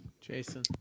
Jason